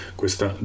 questa